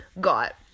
got